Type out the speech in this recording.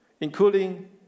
including